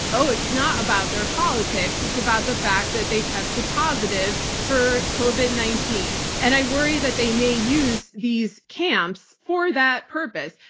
oh, it's not about their politics, it's about the fact that they tested positive for covid nineteen. and i worry that they may use these camps for that purpose,